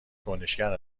کنشگر